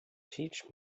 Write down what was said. teach